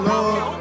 Lord